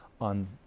on